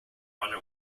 runner